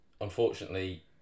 unfortunately